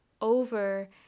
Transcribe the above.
over